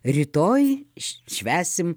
rytoj š švęsim